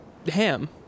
Ham